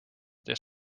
this